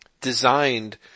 designed